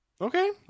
Okay